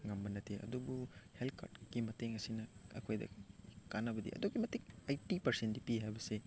ꯉꯝꯕ ꯅꯠꯇꯦ ꯑꯗꯨꯕꯨ ꯍꯦꯜꯠ ꯀꯥꯔꯠꯀꯤ ꯃꯇꯦꯡ ꯑꯁꯤꯅ ꯑꯩꯈꯣꯏꯗ ꯀꯥꯟꯅꯕꯗꯤ ꯑꯗꯨꯛꯀꯤ ꯃꯇꯤꯛ ꯑꯩꯠꯇꯤ ꯄꯥꯔꯁꯦꯟꯗꯤ ꯄꯤꯔꯦ ꯍꯥꯏꯕꯁꯤ